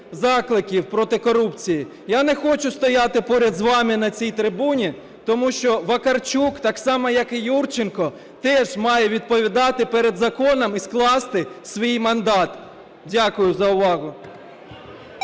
закликів проти корупції. Я не хочу стояти поряд з вами на цій трибуні, тому що Вакарчук так само, як і Юрченко теж має відповідати перед законом і скласти свій мандат. Дякую за увагу.